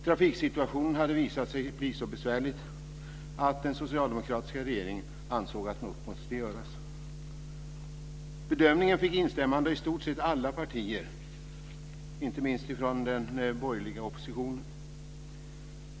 Trafiksituationen hade visat sig bli så besvärlig att den socialdemokratiska regeringen ansåg att något måste göras. Bedömningen fick instämmande från i stort sett alla partier, inte minst från den borgerliga oppositionen.